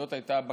זאת הייתה הבקשה.